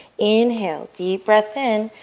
inhale, deep breath in.